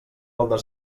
pel